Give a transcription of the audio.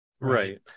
Right